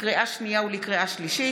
לקריאה שנייה ולקריאה שלישית,